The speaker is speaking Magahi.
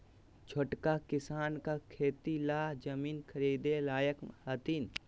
छोटका किसान का खेती ला जमीन ख़रीदे लायक हथीन?